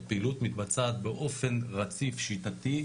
הפעילות מתבצעת באופן רציף שיטתי,